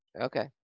Okay